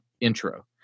intro